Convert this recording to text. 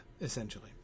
essentially